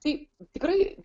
tai tikrai